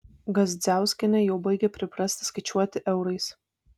gazdziauskienė jau baigia priprasti skaičiuoti eurais